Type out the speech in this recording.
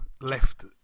left